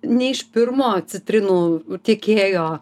ne iš pirmo citrinų tiekėjo